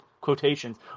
quotations